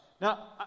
Now